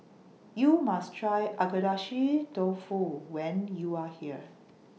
YOU must Try Agedashi Dofu when YOU Are here